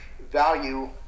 value